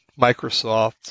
Microsoft